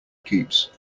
keeps